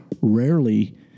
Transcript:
Rarely